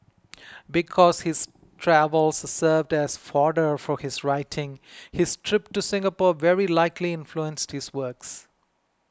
because his travels served as fodder for his writing his trip to Singapore very likely influenced his works